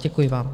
Děkuji vám.